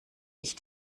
ich